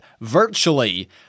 virtually